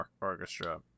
Orchestra